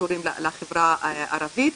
שקשורים רק לחברה הערבית.